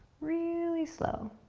really slow.